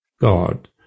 God